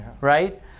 right